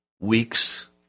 weeks